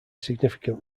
significant